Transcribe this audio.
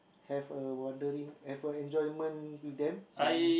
have a wondering have a enjoyment with them but